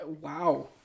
Wow